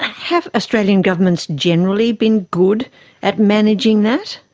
have australian governments generally been good at managing that?